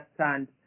understand